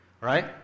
right